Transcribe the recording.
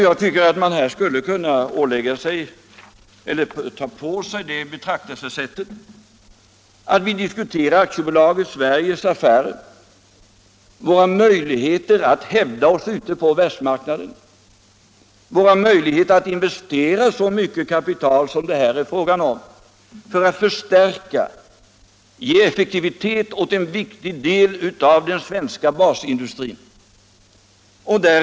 Jag tycker att man här skulle kunna ha det betraktelsesättet att vi diskuterar AB Sveriges affärer, våra möjligheter att hävda oss ute på världsmarknaden, våra möjligheter att investera så mycket kapital som det här är fråga om för att förstärka och ge effektivitet åt en viktig del av den svenska basindustrin.